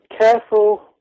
careful